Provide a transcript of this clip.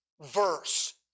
verse